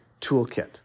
toolkit